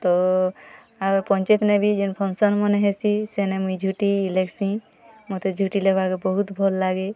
ତ ଆମ ପଞ୍ଚାୟତ ନେ ବି ଯେନ୍ ଫଙ୍କସନ୍ମାନେ ହେସି ସେନେ ମୁଁଇ ଝୋଟି ଲେଖ୍ସି ମତେ ଝୋଟି ଶିଖିବାକୁ ବହୁତ ଭଲ ଲାଗେ